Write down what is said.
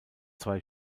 zwei